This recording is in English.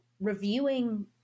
reviewing